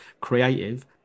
creative